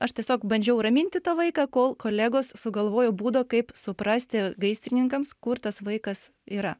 aš tiesiog bandžiau raminti tą vaiką kol kolegos sugalvojo būdą kaip suprasti gaisrininkams kur tas vaikas yra